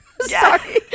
Sorry